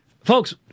Folks